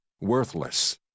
worthless